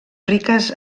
riques